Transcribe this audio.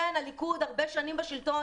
כן, הליכוד הרבה שנים בשלטון.